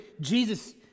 Jesus